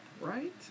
right